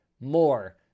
more